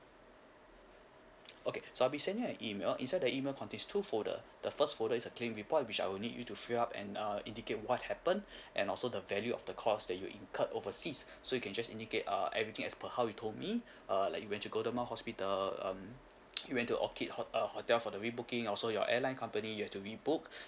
okay so I'll be sending you an email inside the email contains two folder the first folder is a claim report which I will need you to fill up and err indicate what happened and also the value of the cost that you incurred overseas so you can just indicate uh everything as per how you told me err like when you golden mile hospital um you went to orchid hot~ uh hotel for the rebooking also your airline company you've to rebook